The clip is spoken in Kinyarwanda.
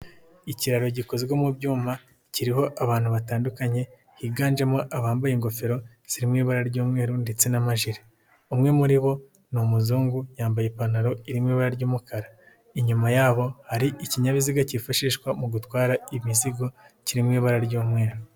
Ikiraro gikozwe mu byuma kiriho abantu batandukanye higanjemo abambaye ingofero ziri mu ibara ry'umweru ndetse n'amajire, umwe muri bo ni umuzungu yambaye ipantaro iri mu ibara ry'umukara, inyuma yabo hari ikinyabiziga cyifashishwa mu gutwara imizigo kiri mu ibara ry'umweru.